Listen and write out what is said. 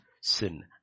sin